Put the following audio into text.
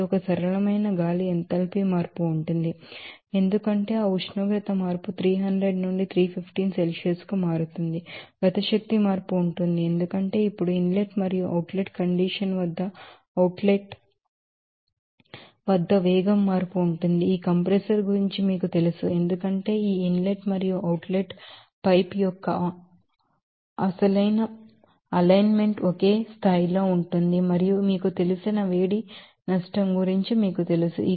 ఇది ఒక సరళమైన గాలి ఎంథాల్పీ మార్పు ఉంటుంది ఎందుకంటే ఆ ఉష్ణోగ్రత మార్పు 300 నుండి 315 సెల్సియస్ కు మారుతుంది కైనెటిక్ ఎనెర్జి చేంజ్ ఉంటుంది ఎందుకంటే ఇప్పుడు ఇన్లెట్ మరియు outlet condition outlet వద్ద ఆ వేగం మార్పు ఉంటుంది ఈ కంప్రెసర్ గురించి మీకు తెలుసు ఎందుకంటే ఈ ఇన్ లెట్ మరియు అవుట్ లెట్ పైప్ యొక్క అలైన్ మెంట్ ఒకే స్థాయిలో ఉంటుంది మరియు మీకు తెలిసిన హీట్ లాస్ గురించి మీకు తెలుసు